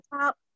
Top